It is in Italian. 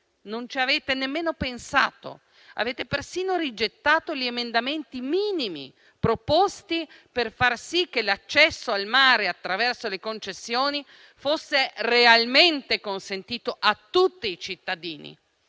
Non ci avete nemmeno pensato, avete persino rigettato gli emendamenti minimi proposti per far sì che l'accesso al mare, attraverso le concessioni, fosse realmente consentito a tutti i cittadini.